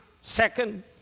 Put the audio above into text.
Second